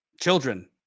children